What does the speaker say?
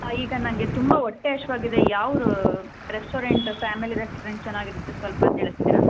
ಹಾಂ ಈಗ ನನಗೆ ತುಂಬ ಹೊಟ್ಟೆ ಹಶ್ವಾಗಿದೆ ಯಾವುದು ರೆಸ್ಟೋರೆಂಟ್ ಫ್ಯಾಮಿಲಿ ರೆಸ್ಟೋರೆಂಟ್ ಚೆನ್ನಾಗಿರುತ್ತೆ ಸ್ವಲ್ಪ ತಿಳಿಸ್ತೀರಾ